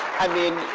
i mean,